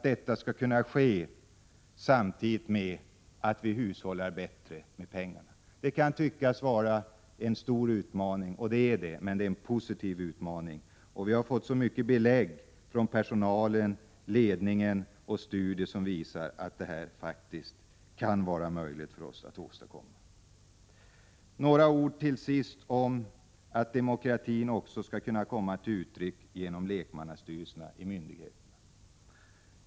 Detta skall kunna ske samtidigt med att vi hushållar bättre med pengarna. Det kan tyckas vara en stor utmaning, och det är det, men det är en positiv utmaning. Vi har fått så många belägg från personal, ledning och studier för att detta faktiskt kan vara möjligt för oss att åstadkomma. Några ord om att demokratin också skall kunna komma till uttryck genom lekmannastyrelserna i myndigheterna.